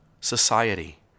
society